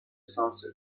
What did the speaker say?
sunset